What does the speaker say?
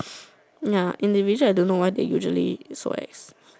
ya individual I don't know why they usually so ex